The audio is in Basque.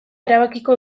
erabakiko